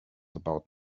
about